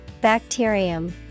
Bacterium